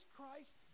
Christ